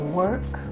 work